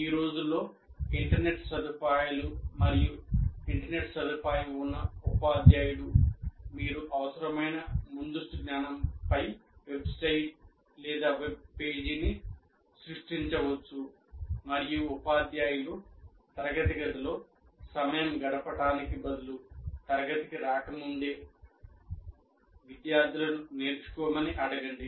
ఈ రోజుల్లో ఇంటర్నెట్ సదుపాయాలు మరియు ఇంటర్నెట్ సదుపాయం ఉన్న ఉపాధ్యాయుడు మీరు అవసరమైన ముందస్తు జ్ఞానంపై వెబ్సైట్ వెబ్పేజీని సృష్టించవచ్చు మరియు ఉపాధ్యాయుల తరగతి గదిలో సమయం గడపడానికి బదులు తరగతికి రాకముందే విద్యార్థులను నేర్చుకోమని అడగండి